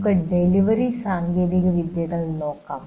നമുക്ക് ഡെലിവറി സാങ്കേതികവിദ്യകൾ നോക്കാം